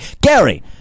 Gary